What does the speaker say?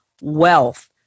wealth